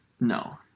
No